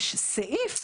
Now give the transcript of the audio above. יש סעיף.